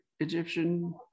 Egyptian